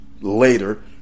later